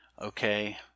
okay